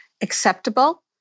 acceptable